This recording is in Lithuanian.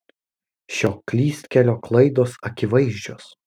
šio klystkelio klaidos akivaizdžios